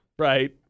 Right